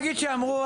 שאמרו,